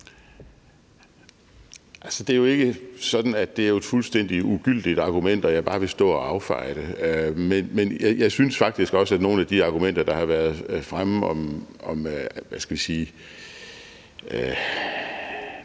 det er jo ikke sådan, at det er et fuldstændig ugyldigt argument, jeg bare vil stå og affeje. Men jeg synes faktisk også, at andre argumenter for ikke at lade det